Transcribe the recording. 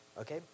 Okay